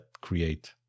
create